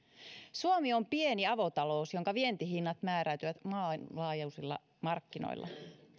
suomi on pieni avotalous jonka vientihinnat määräytyvät maailmanlaajuisilla markkinoilla